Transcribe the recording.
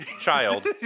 child